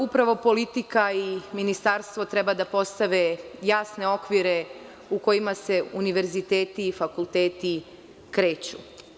Upravo, politika i ministarstvo treba da postave jasne okvire u kojima se univerziteti, fakulteti, kreću.